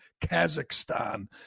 Kazakhstan